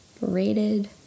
rated